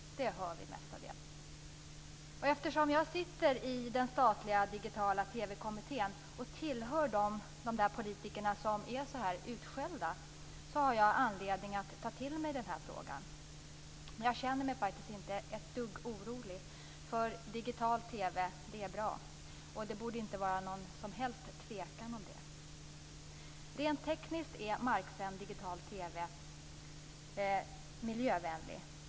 Det hör vi mestadels. Eftersom jag sitter med i den statliga digital-TV kommittén och tillhör de politiker som är så utskällda har jag anledning att ta till mig den frågan. Men jag känner mig faktiskt inte ett dugg orolig därför att digital-TV är bra. Det borde inte behöva vara någon tvekan om den saken. Rent tekniskt är marksänd digital TV miljövänlig.